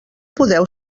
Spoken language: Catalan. podeu